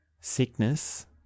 sickness